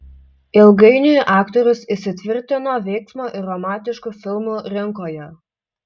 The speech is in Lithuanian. ilgainiui aktorius įsitvirtino veiksmo ir romantiškų filmų rinkoje